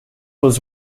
was